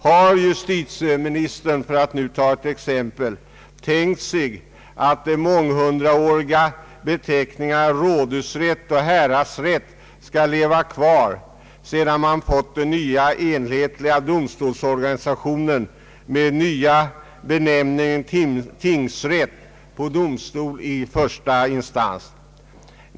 Har justitieministern, för att ta ett exempel, tänkt sig att de månghundraåriga beteckningarna rådhusrätt och häradsrätt skall leva kvar sedan vi fått den nya enhetliga domstolsorganisationen med den nya benämningen tingsrätt på domstol i första instans?